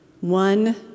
One